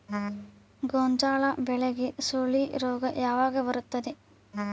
ಗೋಂಜಾಳ ಬೆಳೆಗೆ ಸುಳಿ ರೋಗ ಯಾವಾಗ ಬರುತ್ತದೆ?